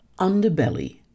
underbelly